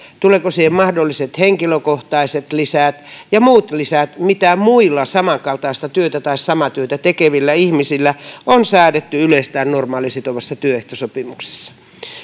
tuleeko siihen mahdolliset henkilökohtaiset lisät ja muut lisät mitä muilla samankaltaista tai samaa työtä tekevillä ihmisillä on säädetty yleis tai normaalisitovassa työehtosopimuksessa